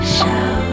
show